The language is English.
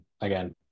again